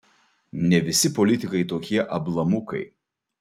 ne visi politikai tokie ablamukai